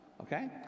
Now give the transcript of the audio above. okay